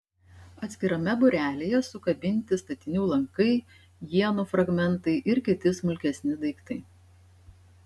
atskirame būrelyje sukabinti statinių lankai ienų fragmentai ir kiti smulkesni daiktai